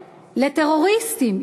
לטרוריסטים.